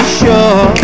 sure